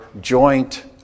joint